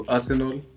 Arsenal